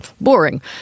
boring